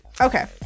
Okay